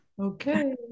Okay